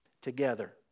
together